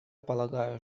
полагаю